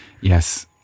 yes